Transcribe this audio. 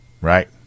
right